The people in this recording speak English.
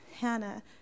Hannah